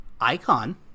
Icon